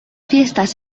fiestas